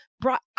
brought